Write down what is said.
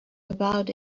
about